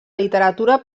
literatura